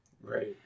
Right